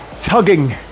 tugging